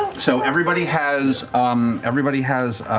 so everybody has um everybody has